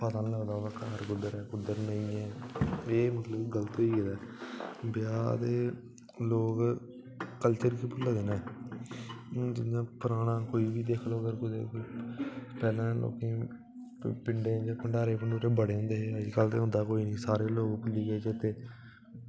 पता निं लगदा ओह्दा घर कुद्धर ऐ कुद्धर नेईं ऐ एह् एह् गलत होई गेदा ऐ ब्याह् दे लोग कल्चर गी भुलदा कु'न ऐ हून जियां पराना कोई पैह्लें दा लोकें ई पिंडें च पैह्लें भंडारे बड़े होंदे हे अज्जकल होंदा कोई निं सारे लोग भुल्ली गे चेते